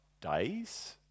days